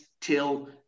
Till